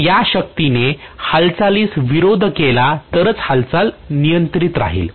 जर त्या शक्तीने हालचालीस विरोध केला तरच हालचाल नियंत्रित राहील